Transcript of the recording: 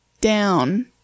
down